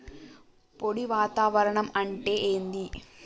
పొడి వాతావరణం అంటే ఏంది?